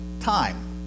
time